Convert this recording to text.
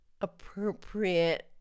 appropriate